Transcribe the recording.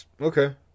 Okay